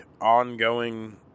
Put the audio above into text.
ongoing